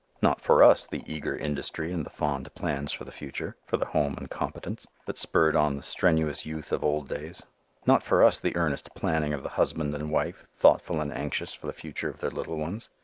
not for us the eager industry and the fond plans for the future for the home and competence that spurred on the strenuous youth of old days not for us the earnest planning of the husband and wife thoughtful and anxious for the future of their little ones.